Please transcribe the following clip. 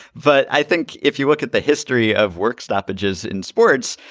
but i think if you look at the history of work stoppages in sports,